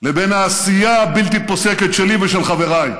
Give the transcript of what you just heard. לבין העשייה הבלתי-פוסקת שלי ושל חבריי,